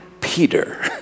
Peter